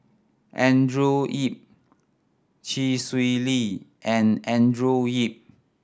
Andrew Yip Chee Swee Lee and Andrew Yip